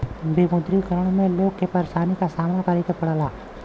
विमुद्रीकरण में लोग के परेशानी क सामना करे के पड़ल